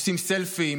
עושים סלפי,